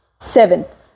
Seventh